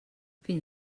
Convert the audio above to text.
fins